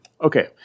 Okay